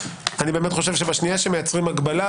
אני חושב שבשנייה שמייצרים הגבלה,